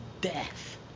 death